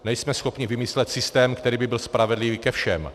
Nejsme schopni vymyslet systém, který by byl spravedlivý ke všem.